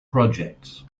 projects